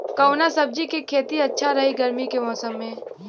कवना सब्जी के खेती अच्छा रही गर्मी के मौसम में?